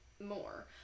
More